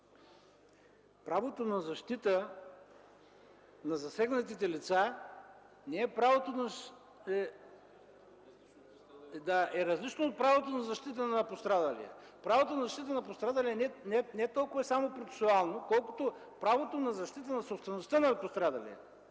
правото на защита на засегнатите лица е различно от правото на защита на пострадалия. Правото на защита на пострадалия не е толкова и само процесуално, колкото правото на защита на собствеността на пострадалия.